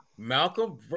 Malcolm